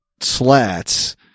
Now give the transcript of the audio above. slats